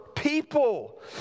People